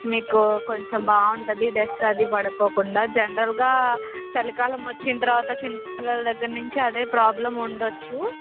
మీకు కొంచెం బాగుంటుంది డస్ట్ అది పడకుండా జనరల్గా చలికాలం వచ్చిన తరువాత చిన్నపిల్లల దగ్గర నుంచి అదే ప్రాబ్లెమ్ ఉండవచ్చు